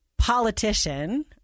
Politician